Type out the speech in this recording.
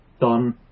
done